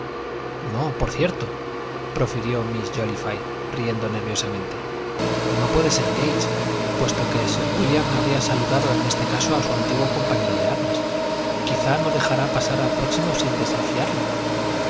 no por cierto profirió miss jóliffe riendo nerviosamente no puede ser gage puesto que sir wílliam habría saludado en este caso a su antiguo compañero de armas quizá no dejará pasar al próximo sin desafiarle